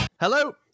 Hello